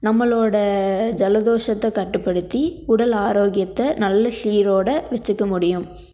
நம்மளோடய ஜலதோஷத்தை கட்டுப்படுத்தி உடல் ஆரோக்கியத்தை நல்ல சீரோடு வச்சுக்க முடியும்